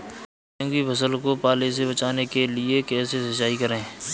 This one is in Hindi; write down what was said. गेहूँ की फसल को पाले से बचाने के लिए कैसे सिंचाई करें?